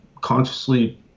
consciously